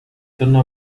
torno